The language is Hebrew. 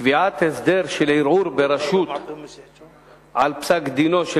קביעת הסדר של ערעור ברשות על פסק-דינו של